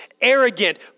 arrogant